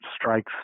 strikes